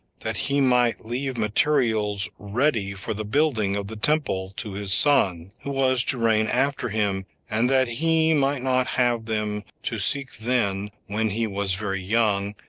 that he might leave materials ready for the building of the temple to his son, who was to reign after him, and that he might not have them to seek then, when he was very young,